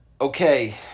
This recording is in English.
Okay